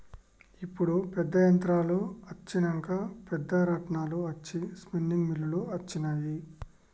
ఇప్పుడు పెద్ద యంత్రాలు అచ్చినంక పెద్ద రాట్నాలు అచ్చి స్పిన్నింగ్ మిల్లులు అచ్చినాయి